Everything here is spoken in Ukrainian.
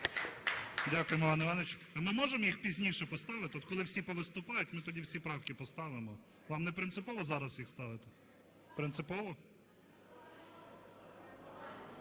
Дякуємо, Іван Іванович. А ми можемо їх пізніше поставити? От коли всі повиступають – ми тоді всі правки поставимо. Вам не принципово зараз їх ставити? Принципово?